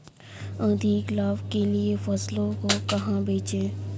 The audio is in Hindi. अधिक लाभ के लिए फसलों को कहाँ बेचें?